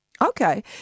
Okay